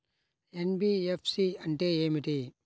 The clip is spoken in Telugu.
ఎన్.బీ.ఎఫ్.సి అంటే ఏమిటి?